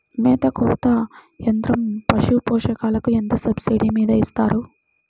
మేత కోత యంత్రం పశుపోషకాలకు ఎంత సబ్సిడీ మీద ఇస్తారు?